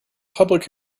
public